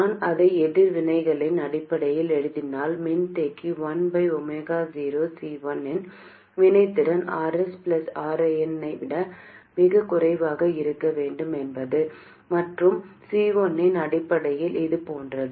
நான் அதை எதிர்வினைகளின் அடிப்படையில் எழுதினால் மின்தேக்கி 1 0C1 இன் வினைத்திறன் Rs Rin ஐ விட மிகக் குறைவாக இருக்க வேண்டும் மற்றும் C1 இன் அடிப்படையில் இது போன்றது